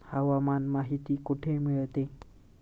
हवामान माहिती कुठे मिळते?